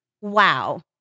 Wow